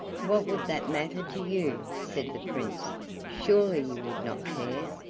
what would that matter to you? said the prince surely you would not care?